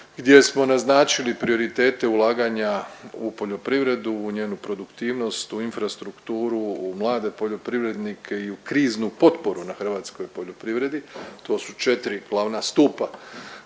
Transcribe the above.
gdje smo naznačili prioritete ulaganja u poljoprivredu, u njenu produktivnost, u infrastrukturu, u mlade poljoprivrednike i u kriznu potporu na hrvatskoj poljoprivredi. To su četiri glavna stupa